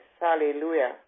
hallelujah